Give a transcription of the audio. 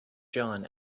john